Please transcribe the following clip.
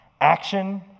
Action